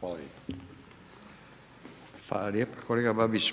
Hvala lijepo kolega Babić.